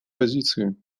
позицией